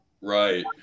Right